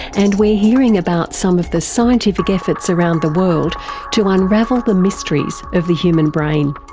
and we're hearing about some of the scientific efforts around the world to unravel the mysteries of the human brain.